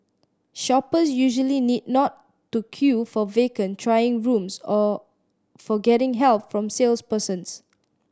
shoppers usually need not to queue for vacant trying rooms or for getting help from salespersons